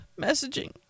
Messaging